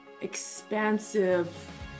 expansive